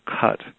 cut